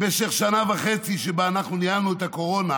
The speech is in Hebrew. במשך שנה וחצי שבה אנחנו ניהלנו את הקורונה